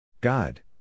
God